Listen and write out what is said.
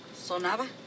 sonaba